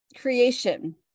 creation